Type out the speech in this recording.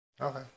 Okay